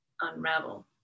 unravel